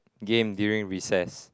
game during recess